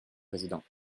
président